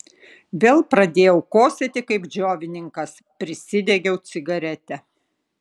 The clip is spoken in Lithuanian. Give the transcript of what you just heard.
vėl pradėjau kosėti kaip džiovininkas prisidegiau cigaretę